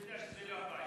אני יודע שזאת לא הבעיה.